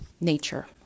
nature